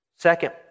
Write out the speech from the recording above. Second